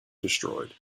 destroyed